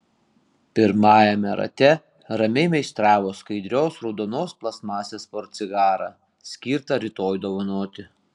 pirmajame rate ramiai meistravo skaidrios raudonos plastmasės portsigarą skirtą rytoj dovanoti